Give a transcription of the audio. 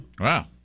Wow